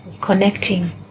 connecting